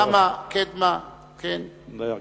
ימה, קדמה, נגבה.